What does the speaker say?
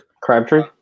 Crabtree